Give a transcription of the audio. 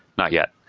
not yet.